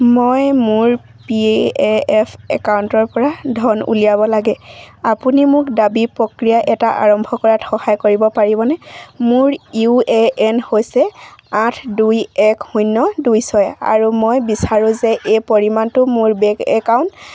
মই মোৰ P F একাউণ্টৰপৰা ধন উলিয়াব লাগে আপুনি মোক দাবী প্ৰক্ৰিয়া এটা আৰম্ভ কৰাত সহায় কৰিব পাৰিবনে মোৰ ইউ এ এন হৈছে আঠ দুই এক শূন্য দুই ছয় আৰু মই বিচাৰোঁ যে এই পৰিমাণটো মোৰ বেংক একাউণ্ট